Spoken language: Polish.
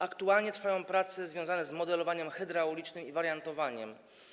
Aktualnie trwają prace związane z modelowaniem hydraulicznym i wariantowaniem.